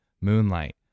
Moonlight